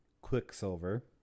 quicksilver